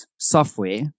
software